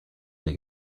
that